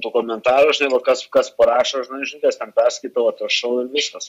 tų komentarų žinai va kas kas parašo žinai žinutes ten perskaitau atrašau ir viskas